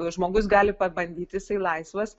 žmogus gali pabandyti jisai laisvas